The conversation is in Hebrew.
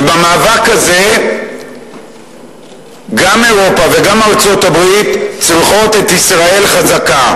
ובמאבק הזה גם אירופה וגם ארצות-הברית צריכות את ישראל חזקה,